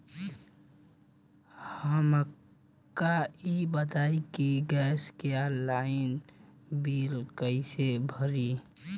हमका ई बताई कि गैस के ऑनलाइन बिल कइसे भरी?